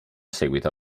seguito